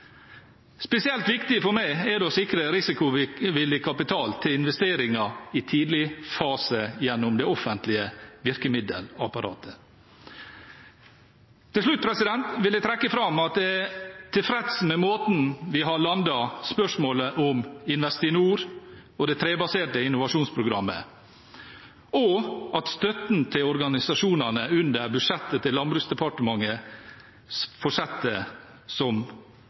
Spesielt viktig for meg er det å sikre risikovillig kapital til investeringer i tidlig fase gjennom det offentlige virkemiddelapparatet. Til slutt vil jeg trekke fram at jeg er tilfreds med måten vi har landet spørsmålet om Investinor og det trebaserte innovasjonsprogrammet på, og at støtten til organisasjonene under budsjettet til Landbruksdepartementet fortsetter som